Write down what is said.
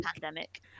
pandemic